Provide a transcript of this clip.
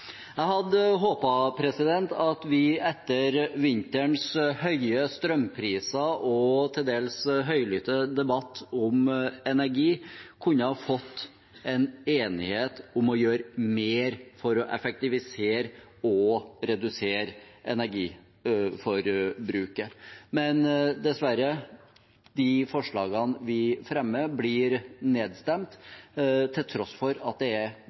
Jeg hadde håpet at vi etter vinterens høye strømpriser og til dels høylytt debatt om energi kunne fått en enighet om å gjøre mer for å effektivisere og redusere energiforbruket, men dessverre – de forslagene vi fremmer, blir nedstemt, til tross for at det er